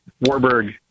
Warburg